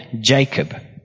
Jacob